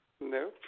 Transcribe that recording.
No